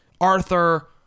Arthur